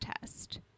test